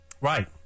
Right